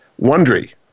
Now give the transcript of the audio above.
Wondery